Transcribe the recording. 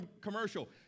commercial